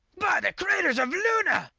by the craters of luna,